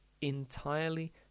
entirely